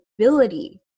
ability